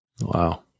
wow